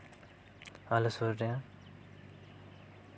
ᱟᱞᱮ ᱥᱩᱨ ᱨᱮ